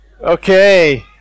Okay